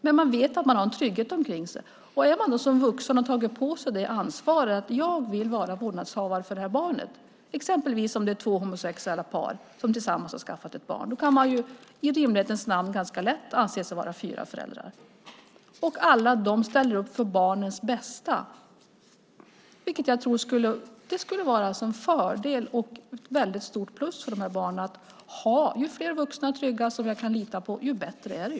Men de vet att de har en trygghet omkring sig när en vuxen har tagit på sig ansvaret att vilja vara vårdnadshavare för det här barnet. Exempelvis om det är två homosexuella par som tillsammans har skaffat ett barn kan de ganska lätt anse sig vara fyra föräldrar, och de ställer alla upp för barnets bästa. Jag tror att det skulle vara en fördel och ett väldigt stort plus för de här barnen. Ju fler trygga vuxna som jag kan lita på, desto bättre är det.